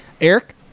Eric